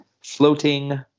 floating